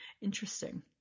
Interesting